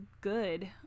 good